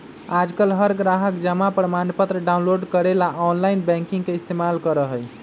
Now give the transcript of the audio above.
आजकल हर ग्राहक जमा प्रमाणपत्र डाउनलोड करे ला आनलाइन बैंकिंग के इस्तेमाल करा हई